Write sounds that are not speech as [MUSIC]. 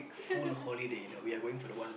[LAUGHS]